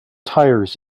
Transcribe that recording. tires